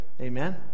Amen